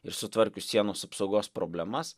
ir sutvarkius sienos apsaugos problemas